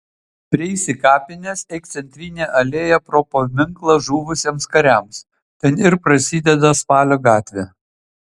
prieisi kapines eik centrine alėja pro paminklą žuvusiems kariams ten ir prasideda spalio gatvė